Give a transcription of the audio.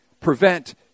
prevent